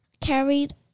carried